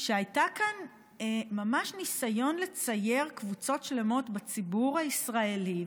שהיה כאן ממש ניסיון לצייר קבוצות שלמות בציבור הישראלי,